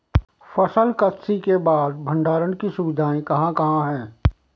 फसल कत्सी के बाद भंडारण की सुविधाएं कहाँ कहाँ हैं?